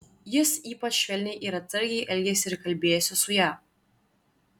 jis ypač švelniai ir atsargiai elgėsi ir kalbėjosi su ja